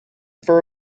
for